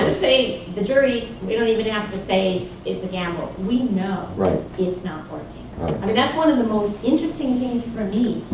say the jury. you don't even have to say it's a gamble. we know it's not working. i mean, that's one of the most interesting things for me.